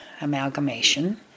amalgamation